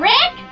Rick